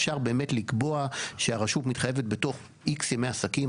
אפשר באמת לקבוע שהרשות מתחייבת בתוך X ימי עסקים,